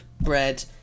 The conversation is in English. bread